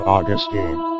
Augustine